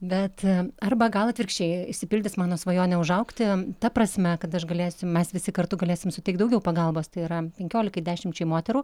bet arba gal atvirkščiai išsipildys mano svajonė užaugti ta prasme kad aš galėsiu mes visi kartu galėsim suteikt daugiau pagalbos tai yra penkiolikai dešimčiai moterų